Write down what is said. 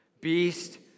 Beast